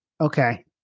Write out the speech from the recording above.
okay